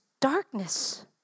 darkness